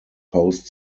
post